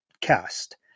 cast